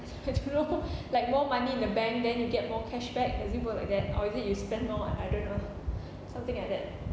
I don't know like more money in the bank then you get more cashback does it work like that or is it you spend more I don't know something like that